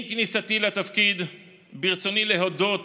עם כניסתי לתפקיד ברצוני להודות